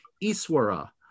Iswara